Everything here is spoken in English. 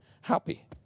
happy